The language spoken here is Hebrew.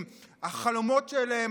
החלומות שלהם,